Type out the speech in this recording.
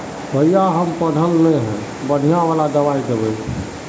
भैया हम पढ़ल न है बढ़िया वाला दबाइ देबे?